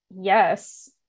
yes